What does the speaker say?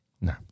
No